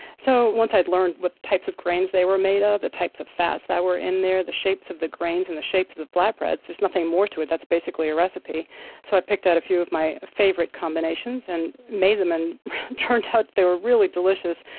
so once i'd learned what types of grains they were made ah of, the types of fats that were in there, the shapes of the grains, and the shapes of the flatbreads, there's nothing more to it that's basically a recipe so i picked out a few of my favorite combinations and made them. it and turned out they were really delicious,